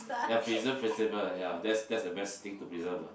ya preserve vegetable yeah that's that's the best thing to preserve lah